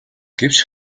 гэвч